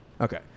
Okay